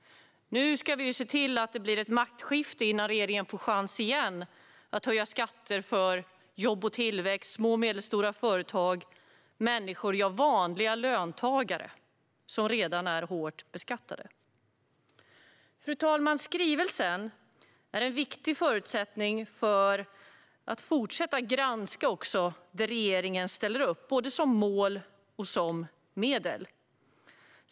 Nu ska vi se till att det blir ett maktskifte innan regeringen får chansen att återigen höja skatterna på jobb och tillväxt samt för små och medelstora företag och för vanliga löntagare, som redan är hårt beskattade. Fru talman! Skrivelsen är en viktig förutsättning för att fortsätta att granska det regeringen ställer upp som mål och som medel.